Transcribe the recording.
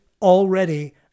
Already